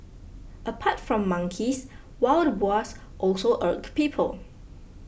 apart from monkeys wild boars also irk people